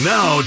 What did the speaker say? Now